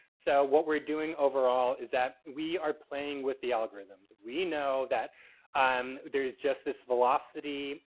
so, what we're doing overall is that we are playing with the algorithms. we know that um there is just this velocity,